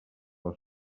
els